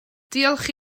diolch